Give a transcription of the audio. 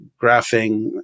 graphing